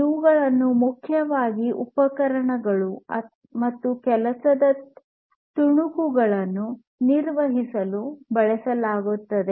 ಇವುಗಳನ್ನು ಮುಖ್ಯವಾಗಿ ಉಪಕರಣಗಳು ಮತ್ತು ಕೆಲಸದ ತುಣುಕುಗಳನ್ನು ನಿರ್ವಹಿಸಲು ಬಳಸಲಾಗುತ್ತದೆ